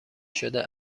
شده